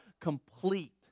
complete